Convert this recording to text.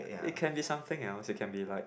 it can be something else it can be like